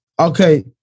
okay